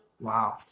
Wow